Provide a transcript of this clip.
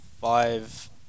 five